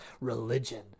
religion